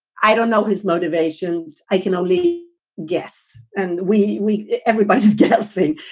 i don't know his motivations. i can only guess. and we we everybody guessing.